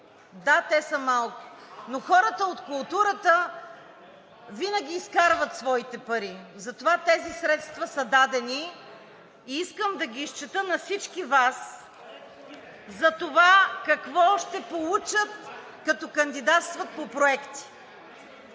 Да, те са малко, но хората от културата винаги изкарват своите пари. Тези средства са дадени, но искам да изчета на всички Вас какво те ще получат, когато кандидатстват по проектите.